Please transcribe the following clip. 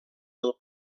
del